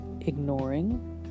ignoring